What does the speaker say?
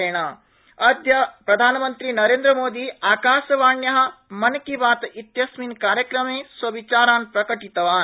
मन की बात अद्य प्रधानमंत्री नरेन्द्र मोदी आकाशवाण्या मन की बातइत्यस्मिन् कार्यक्रमे स्वविचारान् प्रकटितवान्